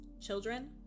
Children